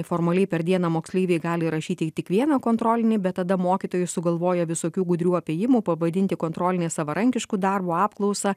formaliai per dieną moksleiviai gali rašyti tik vieną kontrolinį bet tada mokytojai sugalvoja visokių gudrių apėjimų pavadinti kontrolinį savarankišku darbu apklausa